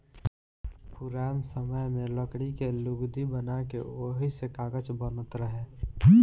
पुरान समय में लकड़ी के लुगदी बना के ओही से कागज बनत रहे